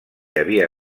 havia